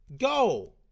Go